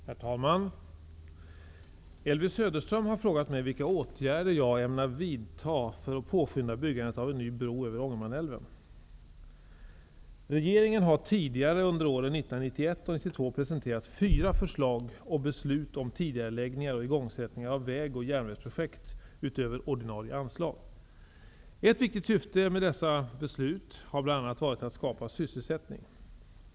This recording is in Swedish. Herr talman! Elvy Söderström har frågat mig vilka åtgärder jag ämnar vidta för att påskynda byggandet av en ny bro över Ångermanälven. Regeringen har tidigare under åren 1991 och 1992 presenterat fyra förslag och beslut om tidigareläggningar och igångsättningar av väg och järnvägsprojekt utöver ordinarie anslag. Ett viktigt syfte med dessa beslut har bl.a. varit att skapa sysselsättning.